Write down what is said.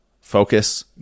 focus